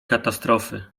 katastrofy